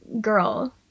girl